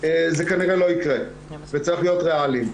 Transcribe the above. זה כנראה לא יקרה וצריך להיות ריאליים,